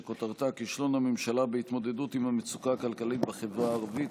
שכותרתה: כישלון הממשלה בהתמודדות עם המצוקה הכלכלית בחברה הערבית,